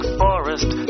forest